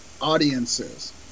audiences